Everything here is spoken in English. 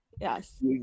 Yes